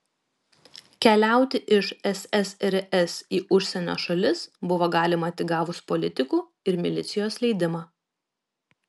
keliauti iš ssrs į užsienio šalis buvo galima tik gavus politikų ir milicijos leidimą